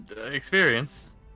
experience